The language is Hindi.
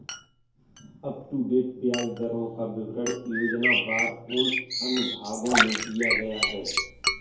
अपटूडेट ब्याज दरों का विवरण योजनावार उन अनुभागों में दिया गया है